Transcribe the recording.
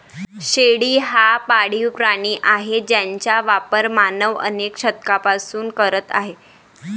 शेळी हा पाळीव प्राणी आहे ज्याचा वापर मानव अनेक शतकांपासून करत आहे